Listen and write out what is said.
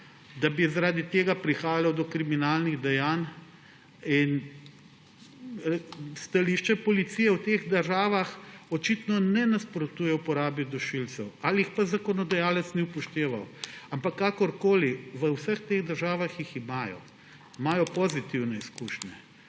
da bi zaradi tega prihajalo do kriminalnih dejanj. Stališče policije v teh državah očitno ne nasprotuje uporabi dušilcev ali jih pa zakonodajalec ni upošteval. Ampak kakorkoli, v vseh teh državah jih imajo, imajo pozitivne izkušnje.